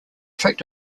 tract